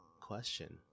question